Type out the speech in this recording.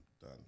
Done